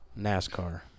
NASCAR